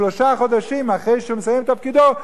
שלושה חודשים אחרי שהוא מסיים את תפקידו,